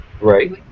Right